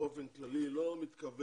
באופן כללי לא מתכוונת,